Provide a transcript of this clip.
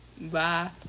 Bye